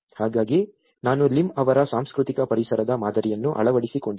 ಹಾಗಾಗಿ ನಾನು ಲಿಮ್ ಅವರ ಸಾಂಸ್ಕೃತಿಕ ಪರಿಸರದ ಮಾದರಿಯನ್ನು ಅಳವಡಿಸಿಕೊಂಡಿದ್ದೇನೆ